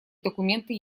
документы